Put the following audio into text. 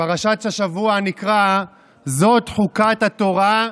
בפרשת השבוע נקרא "זאת חֻקת התורה,